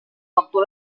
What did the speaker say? waktu